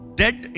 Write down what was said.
dead